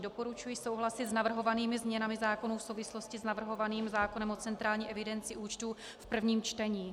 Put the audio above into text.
Doporučuji souhlasit s navrhovanými změnami zákonů v souvislosti s navrhovaným zákonem o centrální evidenci účtů v prvním čtení.